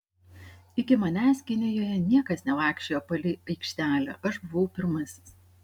iki manęs kinijoje niekas nevaikščiojo palei aikštelę aš buvau pirmasis